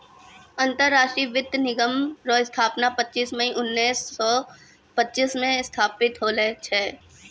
अंतरराष्ट्रीय वित्त निगम रो स्थापना पच्चीस मई उनैस सो पच्चीस मे स्थापित होल छै